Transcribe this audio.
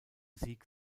sieg